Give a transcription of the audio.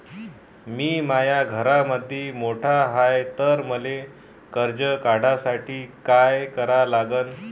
मी माया घरामंदी मोठा हाय त मले कर्ज काढासाठी काय करा लागन?